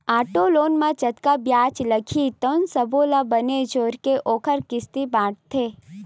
auto loan म जतका बियाज लागही तउन सब्बो ल बने जोरके ओखर किस्ती बाटथे